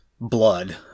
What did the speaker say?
blood